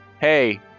hey